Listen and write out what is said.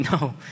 No